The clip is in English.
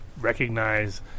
recognize